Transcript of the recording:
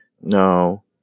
No